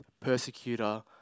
persecutor